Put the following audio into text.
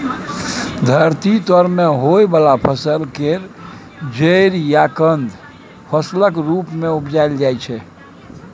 धरती तर में होइ वाला फसल केर जरि या कन्द फसलक रूप मे उपजाइल जाइ छै